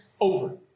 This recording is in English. over